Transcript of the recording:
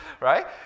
right